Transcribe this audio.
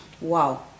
Wow